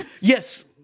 Yes